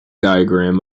diagram